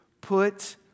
put